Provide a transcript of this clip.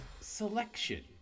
Selection